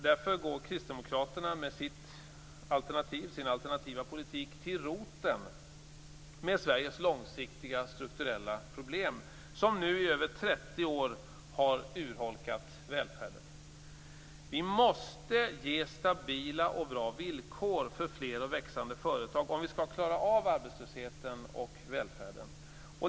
Därför går Kristdemokraterna med sin alternativa politik till roten med Sveriges långsiktiga strukturella problem som nu i över 30 år har urholkat välfärden. Vi måste ge stabila och bra villkor för fler och växande företag om vi skall klara av arbetslösheten och välfärden.